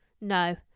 no